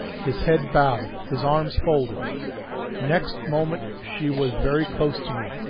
his head bowed, his arms folded next moment she was very close to me,